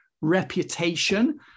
reputation